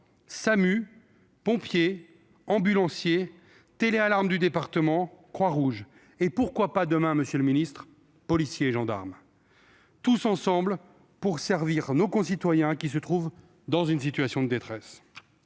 SAMU, pompiers, ambulanciers, téléalarme du département, Croix Rouge - et pourquoi pas, demain, monsieur le ministre, policiers et gendarmes ?-, tous ensemble pour servir nos concitoyens qui se trouvent dans une situation de détresse.